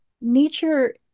Nature